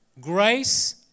Grace